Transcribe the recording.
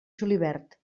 julivert